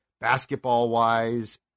basketball-wise